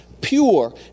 pure